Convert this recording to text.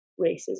racism